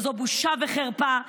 וזו בושה וחרפה.